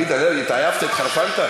ביטן, התעייפת, התחרפנת?